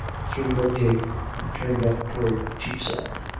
through ludgate and turned up towards cheapside.